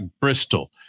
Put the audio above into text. Bristol